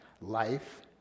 life